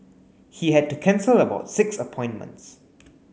he had to cancel about six appointments